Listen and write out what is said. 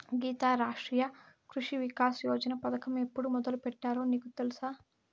గీతా, రాష్ట్రీయ కృషి వికాస్ యోజన పథకం ఎప్పుడు మొదలుపెట్టారో నీకు తెలుసా